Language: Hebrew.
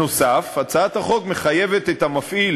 נוסף על כך, הצעת החוק מחייבת את המפעיל